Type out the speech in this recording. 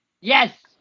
Yes